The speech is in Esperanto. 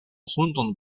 hundon